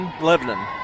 Lebanon